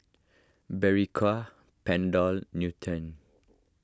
Berocca Panadol Nutren